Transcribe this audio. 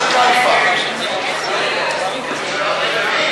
ההסתייגות של חברי הכנסת אורי מקלב,